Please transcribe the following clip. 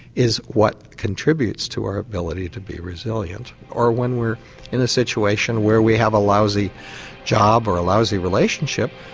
is what contributes to our ability to be resilient. or when we're in a situation where we have a lousy job or a lousy relationship,